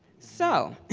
so.